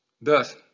thus